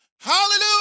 Hallelujah